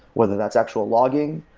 whether that's actual logging.